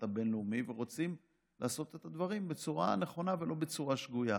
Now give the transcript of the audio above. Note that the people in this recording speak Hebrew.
הבין-לאומי ורוצים לעשות את הדברים בצורה נכונה ולא בצורה שגויה.